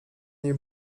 nie